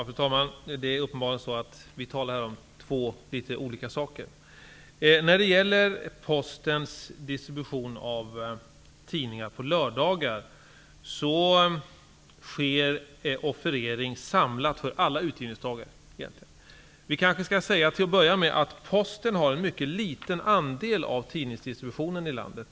Fru talman! Vi talar här uppenbarligen om två litet olika saker. Offerering när det gäller postens distribution av tidningar på lördagar sker samlat för alla utgivare. Posten har en mycket liten andel av tidningsdistributionen i landet.